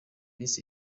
miss